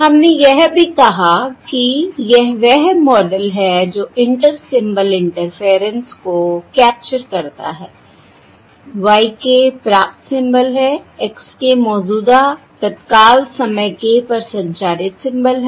हमने यह भी कहा कि यह वह मॉडल है जो इंटर सिंबल इंटरफेयरेंस को कैप्चर करता है y प्राप्त सिंबल है x मौजूदा तत्काल समय k पर संचारित सिंबल है